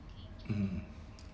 mm